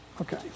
Okay